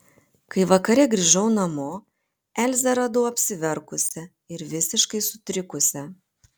kai vakare grįžau namo elzę radau apsiverkusią ir visiškai sutrikusią